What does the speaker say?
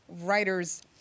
writer's